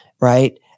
right